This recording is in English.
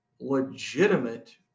legitimate